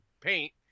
paint